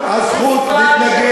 רק ללכת ולהרוג אנשים,